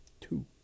two